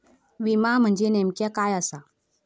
विमा म्हणजे नेमक्या काय आसा?